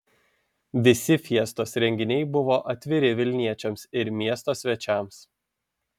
visi fiestos renginiai buvo atviri vilniečiams ir miesto svečiams